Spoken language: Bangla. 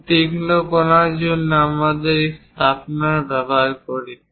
খুব তীক্ষ্ণ কোণার জন্য আমরা এই শার্পনার ব্যবহার করি